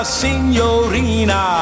signorina